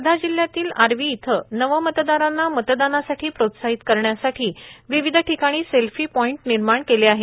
वर्धा जिल्ह्यातील आर्वी इथं नवमतदारांना मतदानासाठी प्रोत्साहित करण्यासाठी विविध ठिकाणी सेल्फीपॉईन्ट निर्माण केले आहेत